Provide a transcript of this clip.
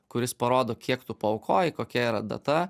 kuris parodo kiek tu paaukojai kokia yra data